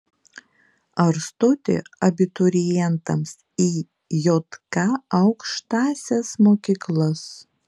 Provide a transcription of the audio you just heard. ar stoti abiturientams į jk aukštąsias mokyklas